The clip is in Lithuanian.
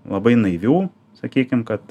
labai naivių sakykim kad